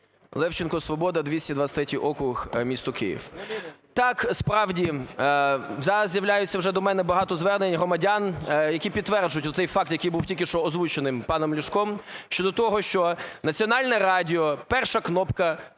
Левченко, "Свобода", 223 округ, місто Київ. Так, справді, зараз з'являється вже до мене багато звернень громадян, які підтверджують цей факт, який був тільки що озвучений паном Ляшком щодо того, що Національне радіо перша кнопка, так